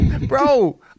bro